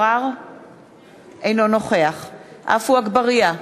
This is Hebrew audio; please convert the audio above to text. אינו נוכח עפו אגבאריה,